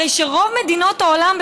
הרי שרוב מדינות העולם,